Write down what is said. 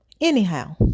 Anyhow